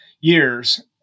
years